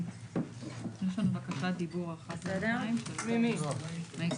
ב-2א(ב)(1) אנחנו מוסיפים שהתקן יכלול בין היתר